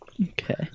Okay